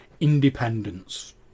independence